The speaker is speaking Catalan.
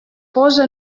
posa